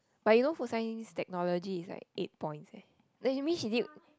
but you know food science technology is like eight points eh then you mean she did